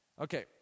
Okay